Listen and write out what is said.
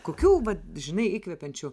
kokių vat žinai įkvepiančių